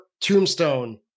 tombstone